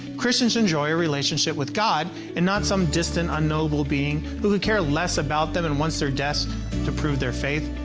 christians enjoy a relationship with god, and not some distant unknowable being who could care less about them and wants their death to prove their faith,